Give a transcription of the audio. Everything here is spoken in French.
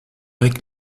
avec